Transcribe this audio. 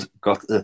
got